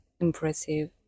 impressive